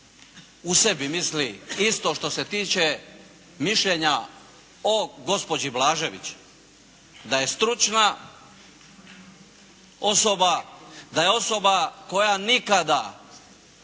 u sebi misli isto što se tiče mišljenja o gospođi Blažević, da je stručna osoba, da je osoba koja nikada